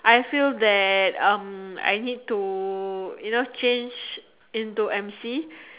I feel that um I need to you know change into emcee